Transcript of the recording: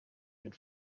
went